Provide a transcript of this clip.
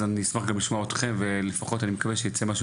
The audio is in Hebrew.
אז אני מקווה שנשמע גם אתכם ושייצא משהו